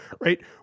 Right